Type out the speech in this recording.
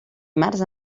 dimarts